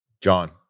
John